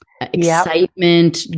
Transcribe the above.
excitement